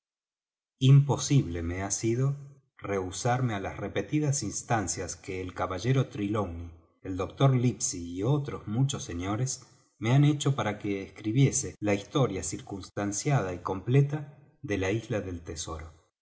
imposible me ha sido rehusarme á las repetidas instancias que el caballero trelawney el doctor livesey y otros muchos señores me han hecho para que escribiese la historia circunstanciada y completa de la isla del tesoro